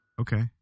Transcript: Okay